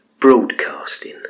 broadcasting